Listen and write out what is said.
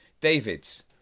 David's